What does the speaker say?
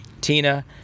Tina